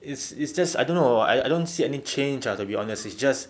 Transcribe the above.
it's it's just I don't know I don't see any change ah to be honest it's just